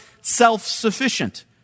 self-sufficient